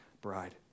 bride